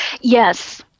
Yes